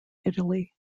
italy